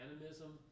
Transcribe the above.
animism